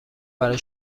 برای